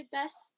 best